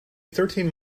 thirteen